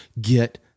Get